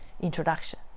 introduction